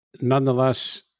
nonetheless